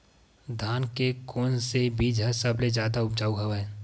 धान के कोन से बीज ह सबले जादा ऊपजाऊ हवय?